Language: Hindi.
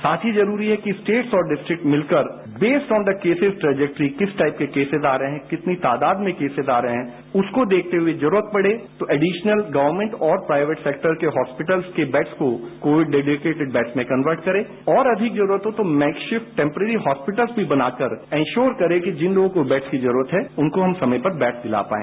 साथ ही जरूरी है कि स्टेट्स और डिस्ट्रिक मिलकर based on the cases trajectory किस टाइप के केस आ रहे है कितनी तादाद में केसेज आ रहे है उसको देखते हुए जरूरत पड़े तो एडिशनल गवर्नमेंट और प्राइवेट सेक्टर के हॉस्पिटल के बेड्स को कोविड डेडिकेटिड बेड्स में कन्वर्ट करें और अधिक जरूरत हो तो मेक शिफ्ट टैमप्रेरी हॉस्पिटल की बनाकर एन्श्योर करें कि जिन लोगों को बेड की जरूरत है उनको हम समय पर बेडस दिला पाए